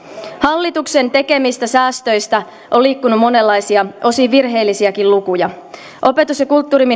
hallituksen tekemistä säästöistä on liikkunut monenlaisia osin virheellisiäkin lukuja opetus ja kulttuuriministeriön hallinnonalan kaikki leikkaukset